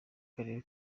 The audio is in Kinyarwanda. karere